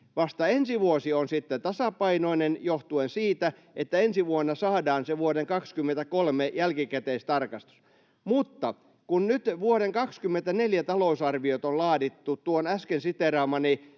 vasta ensi vuosi on sitten tasapainoinen johtuen siitä, että ensi vuonna saadaan se vuoden 23 jälkikäteistarkistus. Mutta kun nyt vuoden 24 talousarviot on laadittu tuon äsken siteeraamani